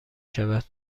شود